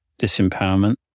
disempowerment